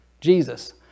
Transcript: Jesus